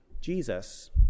Jesus